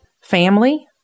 family